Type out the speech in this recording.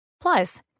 Plus